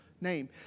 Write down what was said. name